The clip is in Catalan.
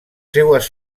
seues